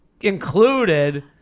included